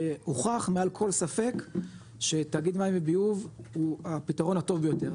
הוכח מעל כל ספק שתאגיד מים וביוב הוא הפתרון הטוב ביותר,